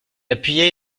appuyait